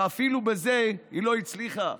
ואפילו בזה היא לא הצליחה.